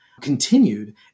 continued